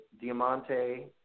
Diamante